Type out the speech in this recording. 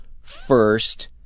first